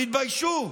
תתביישו.